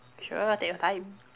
sure take your time